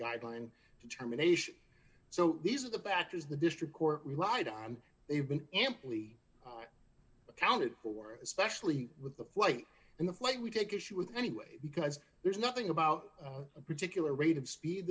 guideline determination so these are the factors the district court relied on they've been amply accounted for especially with the flight and the flight we take issue with anyway because there's nothing about a particular rate of speed